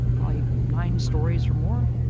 probably nine stories or more,